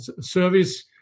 Service